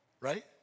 Right